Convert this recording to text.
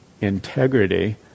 integrity